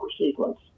sequence